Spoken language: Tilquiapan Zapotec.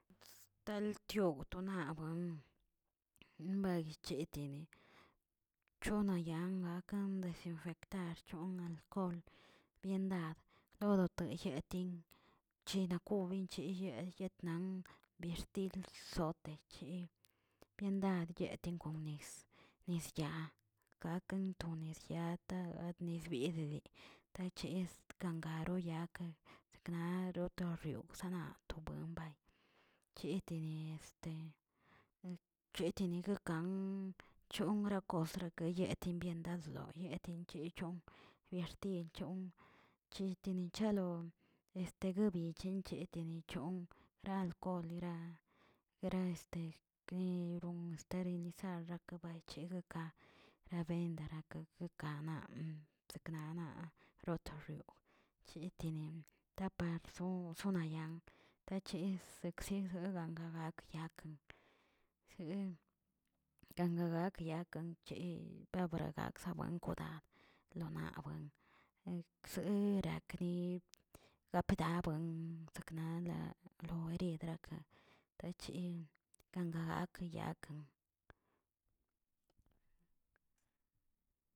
Taltiog tobuen mbagui cheteni chonan yag gakan desinfectar cgon alcohol byendad todoto jieti china kobi chin ye- yetnan bixtil zote chi byendad yeti kon nis- nis yaa gaken to nez yata nis biye diidi nechez gangaro yat seknar dotoriw sena abuen bay, cheteni cheteni gakan chonrakos yekə timbiendad loyee checho. n biaxtil chon, chetini chalo este guebienchechi benichon nalkolera- guera este esterelizar rakabaychegꞌ rabendarakkə kanan seknanaꞌ xotoriw chetini napar so- sonayan tachez seksiꞌgagꞌ gagakyakꞌ ganga gak yakꞌ che babaragakzaꞌ bankoda lona buin ekzerakni gapda buen sakna laa oredrilaka tachi ganga gak yaa.